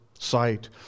sight